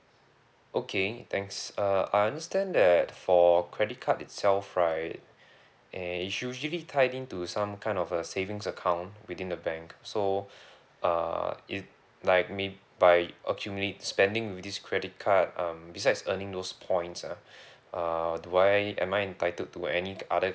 okay thanks uh I understand that for credit card itself right uh it usually tied in to some kind of a savings account within the bank so err if like maybe by accumulate spending with this credit card um besides earning those points ah uh do I am I entitled to any other